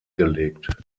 gelegt